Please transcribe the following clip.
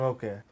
Okay